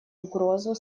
угрозу